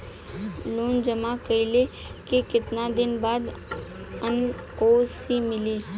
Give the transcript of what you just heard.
Loan जमा कइले के कितना दिन बाद एन.ओ.सी मिली?